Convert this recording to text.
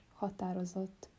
határozott